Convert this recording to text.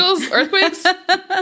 earthquakes